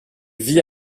vit